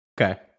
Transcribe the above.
okay